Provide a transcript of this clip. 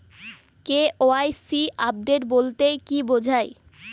KYC update বলতে কি বোঝায়?